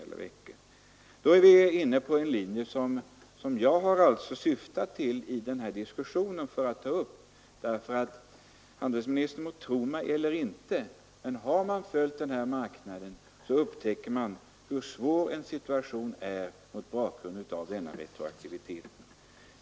Då är vi i diskussionen inne på den linje som jag har syftat till att ta upp. Handelsministern må tro mig eller inte, men har man följt utvecklingen på marknaden upptäcker man hur svår situationen är mot bakgrunden av denna retroaktivitet.